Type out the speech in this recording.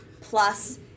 plus